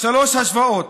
שלוש השוואות.